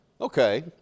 Okay